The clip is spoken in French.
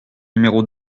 numéro